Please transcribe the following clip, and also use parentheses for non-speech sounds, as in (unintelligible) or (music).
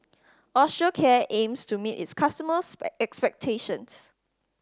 osteocare aims to meet its customers' (unintelligible) expectations